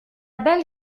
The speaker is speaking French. belle